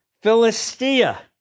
Philistia